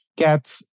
Get